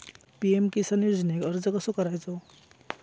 PM Kisan योजनेक अर्ज कसो करायचो?